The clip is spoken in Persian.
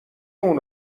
اون